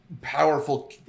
powerful